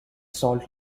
salt